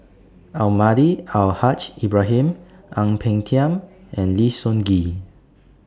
Almahdi Al Haj Ibrahim Ang Peng Tiam and Lim Sun Gee